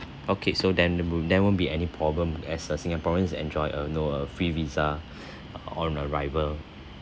okay so then there w~ there won't be any problem as uh singaporeans enjoy a no err free visa on arrival